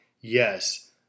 yes